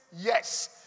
Yes